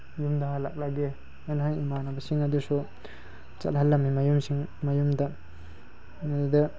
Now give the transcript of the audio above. ꯌꯨꯝꯗ ꯍꯂꯛꯂꯒꯦ ꯑꯩꯅ ꯏꯃꯥꯟꯅꯕꯁꯤꯡ ꯑꯗꯨꯁꯨ ꯆꯠꯍꯜꯂꯝꯃꯤ ꯃꯌꯨꯝꯁꯤꯡ ꯃꯌꯨꯝꯗ ꯃꯗꯨꯗ